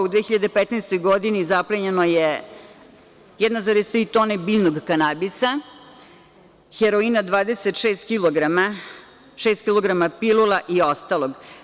U 2015. godini zapljeno je 1,3 tone biljnog kanabisa, heroina 26 kilograma, 6 kilograma pilula i ostalog.